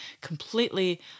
completely